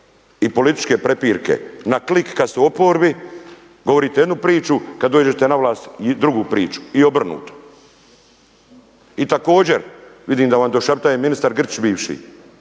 i političke prepirke na klik kad ste u oporbi govorite jednu priču, kad dođete na vlast drugu priču i obrnuto. I također, vidim da vam došaptaje ministar Grčić bivši,